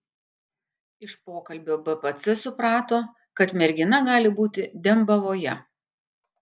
iš pokalbio bpc suprato kad mergina gali būti dembavoje